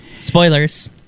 Spoilers